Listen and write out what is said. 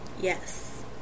Yes